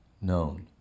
known